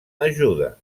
ajuda